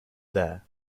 there